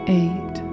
eight